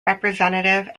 representative